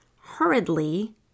hurriedly